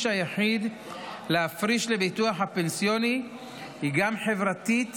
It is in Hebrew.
היחיד להפריש לביטוח הפנסיוני היא גם חברתית